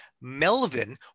Melvin